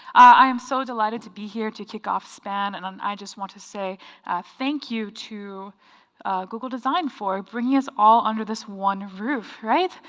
i am so delighted to be here to kick-off span and um i just want to say thank you to google design for bringing us all under this one roof, right?